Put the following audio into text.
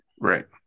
Right